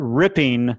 ripping